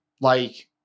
like-